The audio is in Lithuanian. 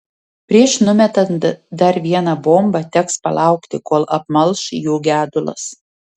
prieš numetant dar vieną bombą teks palaukti kol apmalš jų gedulas